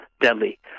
deadly